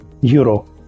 euro